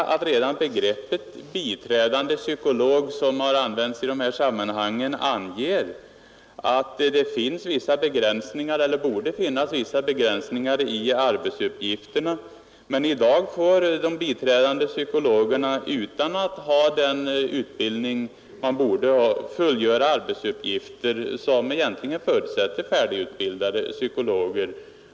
Redan begreppet biträdande psykolog som har använts i de här sammanhangen anger att det finns eller borde finnas vissa begränsningar i arbetsuppgifterna. Men i dag får de biträdande psykologerna utan att ha den utbildning de borde ha fullgöra arbetsuppgifter som egentligen förutsätter färdigutbildade psykologer.